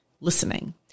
listening